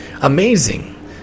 amazing